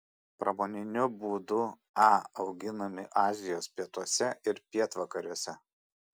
pramoniniu būdu a auginami azijos pietuose ir pietvakariuose